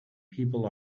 people